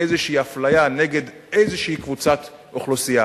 איזו אפליה נגד איזו קבוצת אוכלוסייה.